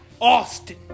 Austin